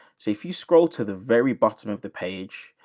so if you scroll to the very bottom of the page,